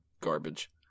garbage